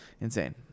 insane